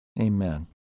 Amen